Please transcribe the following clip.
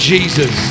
Jesus